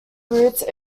roots